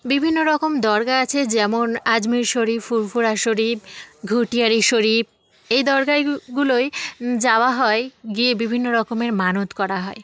বিভিন্ন রকম দরগা আছে যেমন আজমীর শরীফ ফুরফুরা শরীফ ঘুটিয়ারি শরীপ এই দরগাগুলোয় যাওয়া হয় গিয়ে বিভিন্ন রকমের মানত করা হয়